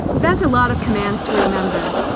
that's a lot of commands to remember